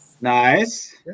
nice